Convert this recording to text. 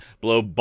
blow